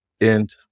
And-